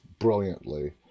brilliantly